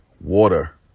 water